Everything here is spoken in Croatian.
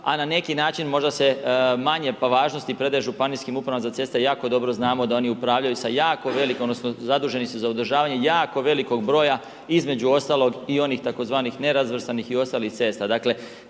a na neki način možda se manje po važnosti predaje županijskim upravama za ceste. Jako dobro znamo da oni upravljaju sa jako velikom, odnosno zaduženi su za održavanje jako velikog broja, između ostalog i onih tzv. nerazvrstanih i ostalih cesta.